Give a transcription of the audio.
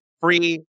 free